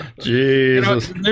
Jesus